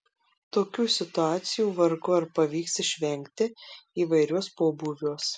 tokių situacijų vargu ar pavyks išvengti įvairiuos pobūviuos